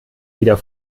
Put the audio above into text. wieder